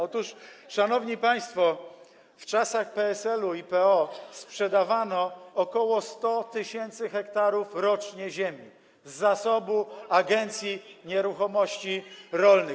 Otóż, szanowni państwo, w czasach PSL-u i PO sprzedawano około 100 tys. ha rocznie ziemi z zasobu Agencji Nieruchomości Rolnych.